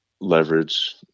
leverage